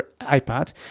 iPad